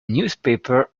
newspaper